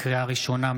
לקריאה ראשונה,